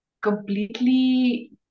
completely